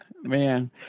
man